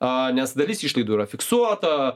a nes dalis išlaidų yra fiksuota